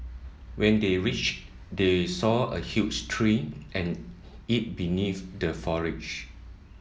when they reached they saw a huge tree and eat beneath the foliage